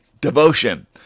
devotion